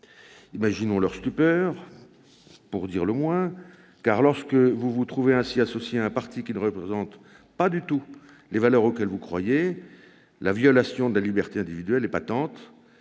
Imaginons leur stupeur, pour dire le moins, car lorsque vous vous trouvez ainsi associé à un parti qui ne représente pas du tout les valeurs auxquelles vous croyez, la violation de la liberté individuelle est patente.